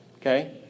Okay